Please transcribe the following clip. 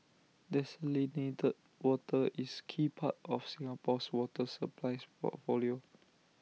desalinated water is key part of Singapore's water supply portfolio